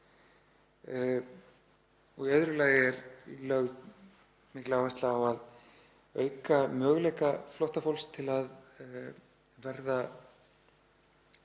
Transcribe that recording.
Í öðru lagi er lögð mikil áhersla á að auka möguleika flóttafólks til að geta